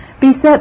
beset